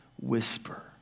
whisper